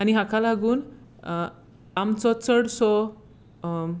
आनी हाका लागून आमचो चडसो